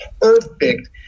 perfect